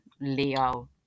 Leo